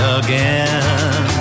again